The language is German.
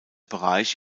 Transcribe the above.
bereich